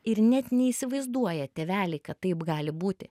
ir net neįsivaizduoja tėveliai kad taip gali būti